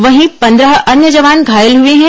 वहीं पंद्रह अन्य जवान घायल हुए हैं